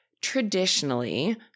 traditionally